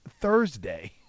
Thursday